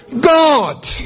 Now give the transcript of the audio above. God